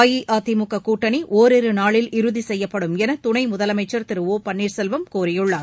அஇஅதிமுக கூட்டணி ஒரிரு நாளில் இறுதி செய்யப்படும் என துணை முதலமைச்சர் திரு ஒ பன்னீர்செல்வம் கூறியுள்ளார்